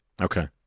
Okay